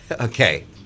Okay